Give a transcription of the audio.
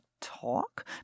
talk